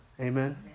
Amen